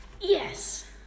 Yes